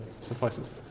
suffices